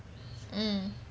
mm